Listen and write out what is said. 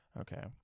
Okay